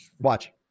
Watch